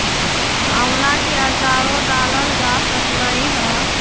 आम्ला के आचारो डालल जा सकलई ह